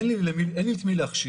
אין לי את מי להכשיר,